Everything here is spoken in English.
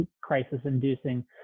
crisis-inducing